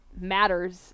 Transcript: matters